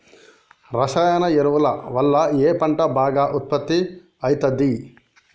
రసాయన ఎరువుల వల్ల ఏ పంట బాగా ఉత్పత్తి అయితది?